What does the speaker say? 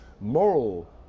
moral